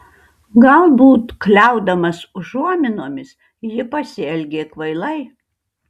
galbūt kliaudamas užuominomis ji pasielgė kvailai